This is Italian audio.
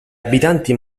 abitanti